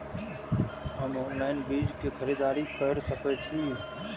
हम ऑनलाइन बीज के खरीदी केर सके छी?